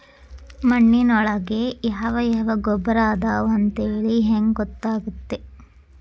ಮಣ್ಣಿನೊಳಗೆ ಯಾವ ಯಾವ ಗೊಬ್ಬರ ಅದಾವ ಅಂತೇಳಿ ಹೆಂಗ್ ಗೊತ್ತಾಗುತ್ತೆ?